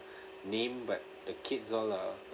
name but the kids all lah